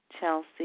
Chelsea